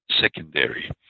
secondary